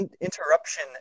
interruption